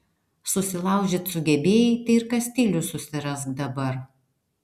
susilaužyt sugebėjai tai ir kastilius susirask dabar